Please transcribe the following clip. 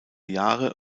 jahre